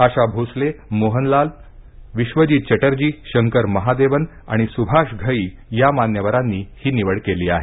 आशा भोसले मोहनलाल विश्वजीत चटर्जी शंकर महादेवन आणि सुभाष घई या मान्यवरांनी ही निवड केली आहे